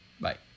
Bye